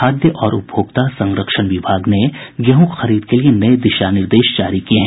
खाद्य और उपभोक्ता संरक्षण विभाग ने गेहूँ खरीद के लिए नये दिशा निर्देश जारी किये हैं